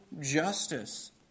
justice